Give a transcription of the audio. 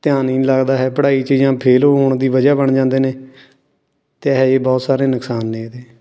ਧਿਆਨ ਹੀ ਨਹੀਂ ਲੱਗਦਾ ਹੈ ਪੜ੍ਹਾਈ 'ਚ ਜਾਂ ਫੇਲ ਹੋਣ ਦੀ ਵਜ੍ਹਾ ਬਣ ਜਾਂਦੇ ਨੇ ਅਤੇ ਇਹੋ ਜਿਹੇ ਬਹੁਤ ਸਾਰੇ ਨੁਕਸਾਨ ਨੇ ਇਹਦੇ